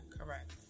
Correct